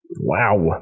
Wow